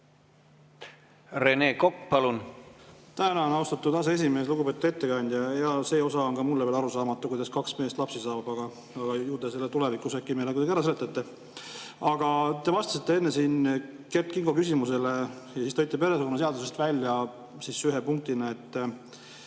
Rene Kokk, palun! Tänan, austatud aseesimees! Lugupeetud ettekandja! Jaa, see osa on ka mulle veel arusaamatu, kuidas kaks meest lapsi saavad, aga ju te selle tulevikus äkki meile kuidagi ära seletate. Aga te vastasite enne siin Kert Kingo küsimusele ja tõite perekonnaseadusest välja ühe punktina, mis